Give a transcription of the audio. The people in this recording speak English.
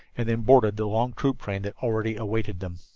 and then boarded the long troop train that already awaited them.